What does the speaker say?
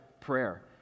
prayer